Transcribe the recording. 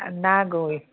ना गो